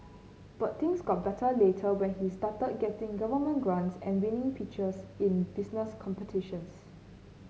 but things got better later when he started getting government grants and winning pitches in business competitions